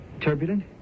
Turbulent